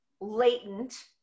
latent